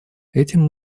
этим